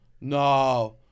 No